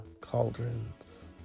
Cauldrons